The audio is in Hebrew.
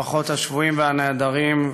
משפחות השבויים והנעדרים,